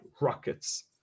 rockets